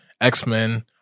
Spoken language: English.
X-Men